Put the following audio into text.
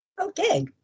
Okay